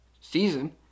season